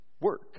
work